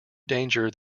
danger